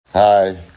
Hi